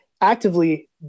actively